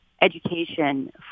education